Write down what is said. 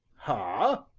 ha?